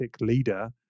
leader